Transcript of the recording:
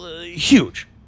huge